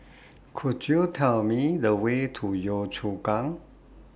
Could YOU Tell Me The Way to Yio Chu Kang